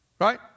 Right